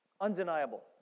Undeniable